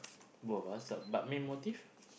both ah s~ uh but main motive